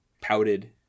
pouted